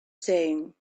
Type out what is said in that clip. saying